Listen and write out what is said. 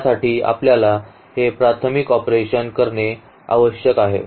यासाठी आपल्याला हे प्राथमिक ऑपरेशन करणे आवश्यक आहे